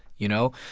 you know?